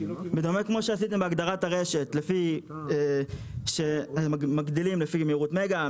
כמו שעשיתם בהגדרת הרשת שמגדילים לפי מהירות מגה,